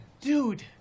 Dude